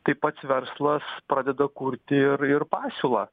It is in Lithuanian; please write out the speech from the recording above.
tai pats verslas pradeda kurti ir ir pasiūlą